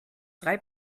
drei